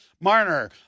Marner